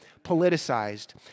politicized